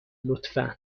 لطفا